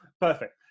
Perfect